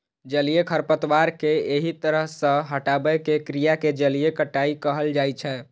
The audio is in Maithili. जलीय खरपतवार कें एहि तरह सं हटाबै के क्रिया कें जलीय कटाइ कहल जाइ छै